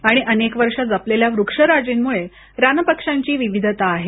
आणि अनेक वर्ष जपलेल्या वृक्षराजी मुळे रान पक्षांची विविधता आहे